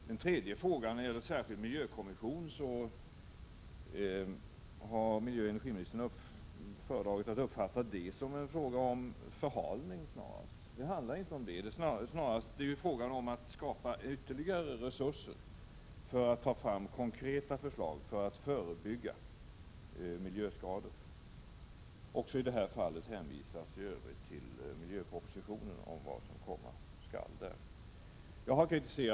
Den tredje frågan gäller en särskild miljökommission, och miljöoch energiministern har föredragit att uppfatta den som en fråga om förhalning. Det handlar inte om det, utan om att skapa ytterligare resurser för att ta fram konkreta förslag i syfte att förebygga miljöskador. Också i detta fall hänvisas i övrigt till vad som kommer i miljöpropositionen.